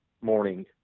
morning